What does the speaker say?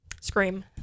Scream